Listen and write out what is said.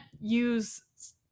use